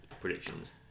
predictions